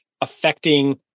affecting